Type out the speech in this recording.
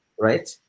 right